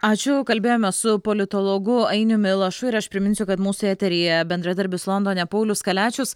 ačiū kalbėjome su politologu ainiumi lašu ir aš priminsiu kad mūsų eteryje bendradarbis londone paulius kaliačius